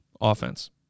offense